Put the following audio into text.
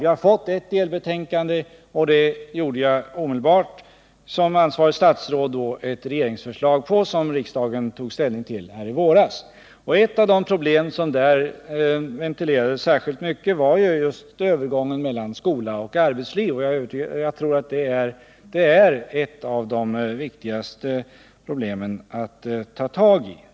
Vi har fått en skrivelse med förslag till ungdomsåtgärder. Som ansvarigt statsråd utarbetade jag omedelbart ett regeringsförslag, som riksdagen tog ställning till i våras. Ett av de problem som där ventilerades särskilt mycket var just övergången från skolan till arbetslivet. Jag tror att det är ett av de viktigaste problemen att ta tag i.